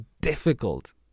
difficult